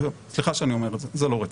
סליחה שאני אומר את זה זה לא רציני.